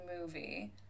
movie